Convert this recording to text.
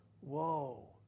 Whoa